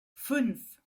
fünf